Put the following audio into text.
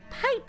pipe